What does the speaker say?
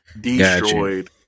destroyed